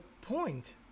point